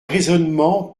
raisonnement